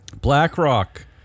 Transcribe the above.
BlackRock